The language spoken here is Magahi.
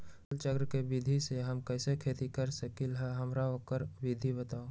फसल चक्र के विधि से हम कैसे खेती कर सकलि ह हमरा ओकर विधि बताउ?